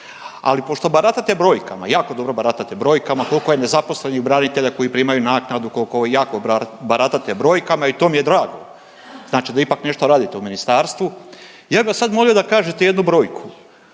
Ali, pošto baratate brojkama, jako dobro baratate brojkama, koliko je nezaposlenih branitelja koji primaju naknadu, koliko jako baratate brojkama i tom i je drago, znači da ipak nešto radite u ministarstvu, ja bi vas sad molio da kažete jednu brojku.